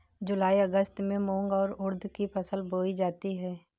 जूलाई अगस्त में मूंग और उर्द की फसल बोई जाती है